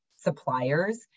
suppliers